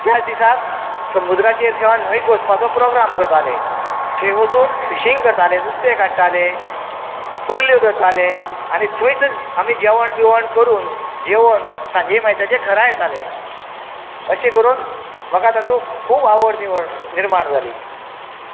त्या दिसाक समुद्राचेर किंवां न्हंयक वचपाचो प्रोग्राम करताले थंय वचून फिशिंग करतालें नुस्तें काडटालें कुर्ल्यो जातालें आनी थंयच आमी जवण बीवण करून जेवण सांजेचे मागीर घरा येताले अशें करून म्हाका तातूंत खूब आवड बिवड निर्माण जाली